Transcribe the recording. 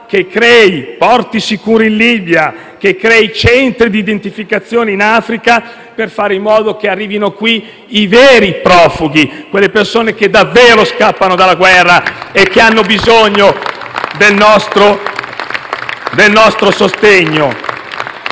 che crei porti sicuri in Libia e centri di identificazione in Africa, per fare in modo che arrivino qui i veri profughi, le persone che davvero scappano dalla guerra e hanno bisogno del nostro sostegno.